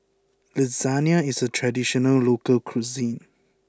Lasagne is a traditional local cuisine